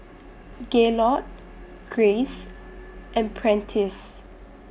Gaylord Grace and Prentiss